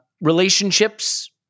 relationships